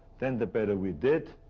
then the better we did,